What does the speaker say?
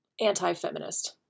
anti-feminist